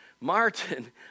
Martin